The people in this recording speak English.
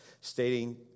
stating